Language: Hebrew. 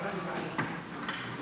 ההצעה להעביר את הנושא